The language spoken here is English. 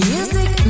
Music